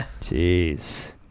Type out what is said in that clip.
Jeez